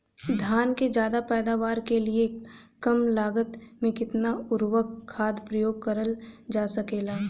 धान क ज्यादा पैदावार के लिए कम लागत में कितना उर्वरक खाद प्रयोग करल जा सकेला?